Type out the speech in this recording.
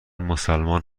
مسلمان